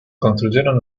construyeron